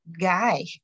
guy